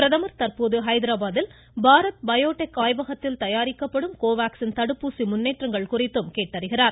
பிரதமர் தற்போது ஹைதராபாத்தில் பாரத் பயோடெக் ஆய்வகத்தில் தயாரிக்கப்படும் கோவாக்ஸின் தடுப்பூசி முன்னேற்றங்கள் குறித்தும் கேட்டறிகிறார்